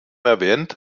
erwähnt